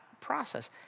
process